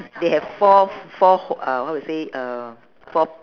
they have four four h~ uh how to say uh four